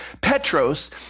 Petros